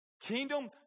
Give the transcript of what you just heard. Kingdom